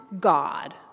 God